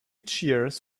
cheers